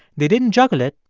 they didn't juggle it.